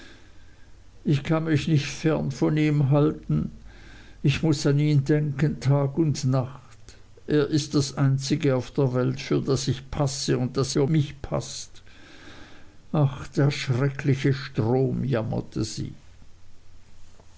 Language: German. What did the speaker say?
ich kann mich nicht fern von ihm halten ich muß an ihn denken tag und nacht er ist das einzige auf der welt für das ich passe und das für mich paßt ach der schreckliche strom jammerte sie